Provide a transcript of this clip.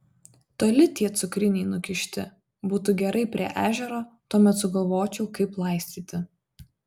toli tie cukriniai nukišti būtų gerai prie ežero tuomet sugalvočiau kaip laistyti